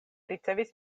ricevis